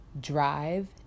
drive